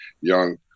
young